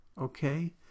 Okay